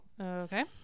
Okay